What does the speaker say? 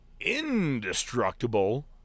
indestructible